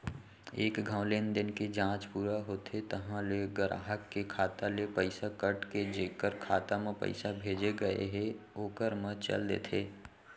एक घौं लेनदेन के जांच पूरा होथे तहॉं ले गराहक के खाता ले पइसा कट के जेकर खाता म पइसा भेजे गए हे ओकर म चल देथे